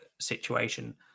situation